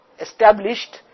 established